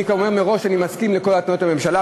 כמובן, מראש, אני מסכים לכל התניות הממשלה.